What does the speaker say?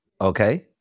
okay